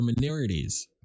minorities